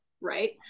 right